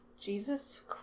Jesus